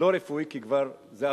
לא רפואי, כי זה כבר אבוד,